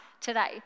today